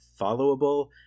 followable